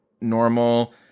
normal